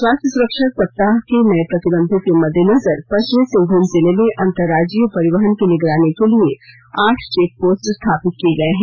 स्वास्थ्य सुरक्षा सप्ताह के नये प्रतिबंधों के मदद्देनजर पश्चिमी सिंहभूम जिले में अंतरराज्यीय परिवहन की निगरानी के लिए आठ चेक पोस्ट स्थापित किए गए हैं